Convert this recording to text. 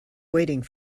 waiting